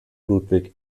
ludwig